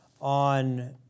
on